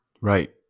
Right